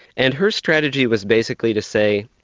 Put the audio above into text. and her strategy was basically to say,